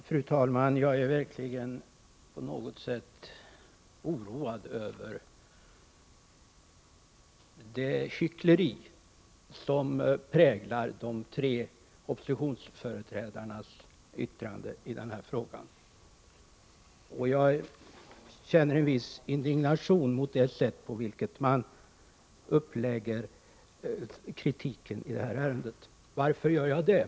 Fru talman! Jag är verkligen oroad över det hyckleri som präglar de tre oppositionsföreträdarnas yttranden i den här frågan, och jag känner en viss indignation mot det sätt på vilket man lägger upp kritiken i det här ärendet. Varför gör jag det?